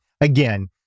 again